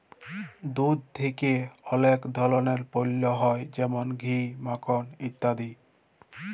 দুধ থেক্যে অলেক ধরলের পল্য হ্যয় যেমল ঘি, মাখল ইত্যাদি